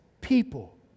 people